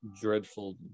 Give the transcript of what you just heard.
dreadful